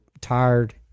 tired